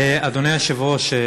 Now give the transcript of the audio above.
אדוני היושב-ראש,